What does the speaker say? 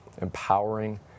empowering